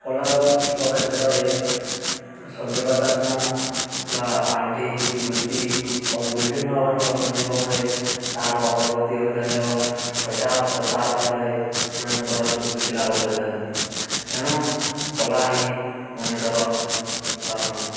କଳା ଓ ଶିଳ୍ପ କ୍ଷେତ୍ରରେ ସଂଯୋଗତାଶମ ବା ପାଣ୍ଠି ସ୍ଵୀକୃତି ଏବଂ ବିଭିନ୍ନ ମାନଙ୍କର ସଂଯୋଗମରେ ତାହାର ଅଗ୍ରଗତି ହୋଇଥାଏ ଏବଂ ପ୍ରଚାର ପ୍ରସାର ଫଳରେ ସେମାନଙ୍କର ସ୍ଵୀକୃତି ଲାଭ କରିଥାନ୍ତି ତେଣୁ କଳା ହିଁ ମଣିଷର ଧର୍ମ